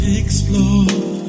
explore